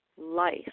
life